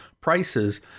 prices